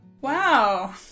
Wow